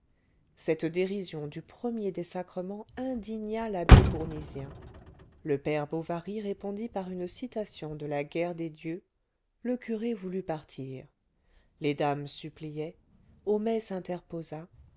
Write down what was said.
cette dérision du premier des sacrements indigna l'abbé bournisien le père bovary répondit par une citation de la guerre des dieux le curé voulut partir les dames suppliaient homais s'interposa